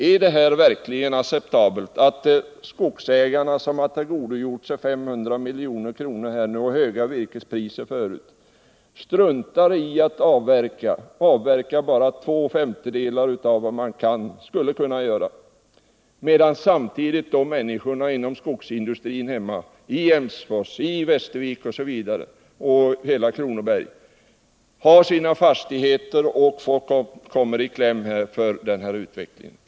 Är det verkligen acceptabelt att skogsägarna, som tillgodogjort sig 500 milj.kr. och förut kunnat ta ut höga virkespriser, struntar i att avverka eller bara avverkar två femtedelar av vad man skulle kunna ta ut, medan samtidigt de anställda inom skogsindustrin i Emsfors, i Västervik och över huvud taget i hela Kronobergs län, som här har sina fastigheter, kommer i kläm på grund av utvecklingen?